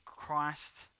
christ